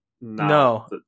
no